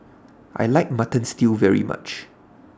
I like Mutton Stew very much